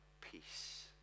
peace